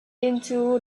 into